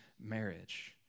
marriage